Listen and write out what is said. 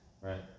Right